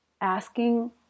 asking